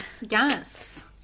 Yes